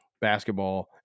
basketball